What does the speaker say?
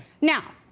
now,